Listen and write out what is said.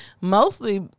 mostly